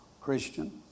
Christian